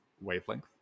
wavelength